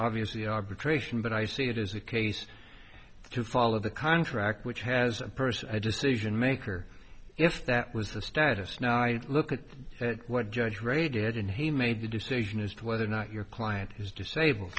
obviously arbitration but i see it as a case to follow the contract which has a person a decision maker if that was the status now i look at what judge ray did and he made the decision as to whether or not your client is disabled